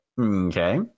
Okay